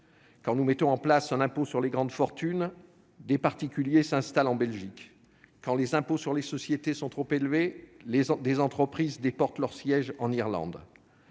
Quand nous mettons en place un impôt sur les grandes fortunes, des particuliers s'installent en Belgique. Quand les impôts sur les sociétés sont trop élevés, les entreprises déportent leur siège en Irlande.